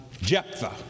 Jephthah